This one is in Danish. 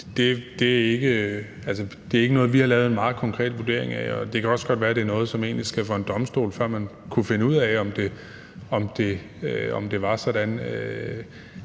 at det ikke er noget, vi har lavet en meget konkret vurdering af. Det kan også godt være, det egentlig er noget, som skal for en domstol, for at man kan finde ud af, om det er sådan.